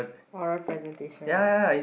oral presentation right